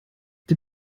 der